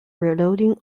reloading